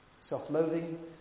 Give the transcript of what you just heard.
self-loathing